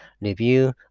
review